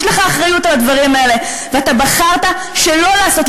יש לך אחריות לדברים האלה, ואתה בחרת שלא לעשות.